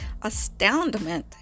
astoundment